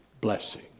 blessing